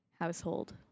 household